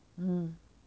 mm